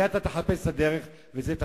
אתה תחפש את הדרך וזה תפקידך,